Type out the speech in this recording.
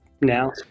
now